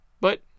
But